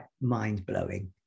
mind-blowing